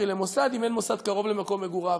למוסד אם אין מוסד קרוב למקום מגוריו.